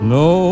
no